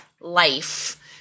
life